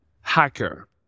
hacker